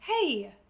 hey